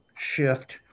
shift